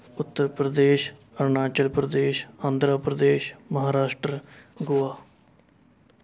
Uttar Pradesh Arunachal Pradesh Andhra Pradesh Maharashtra Goa